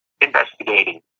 investigating